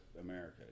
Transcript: America